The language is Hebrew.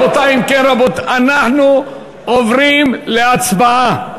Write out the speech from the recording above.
אם כן, אנחנו עוברים להצבעה.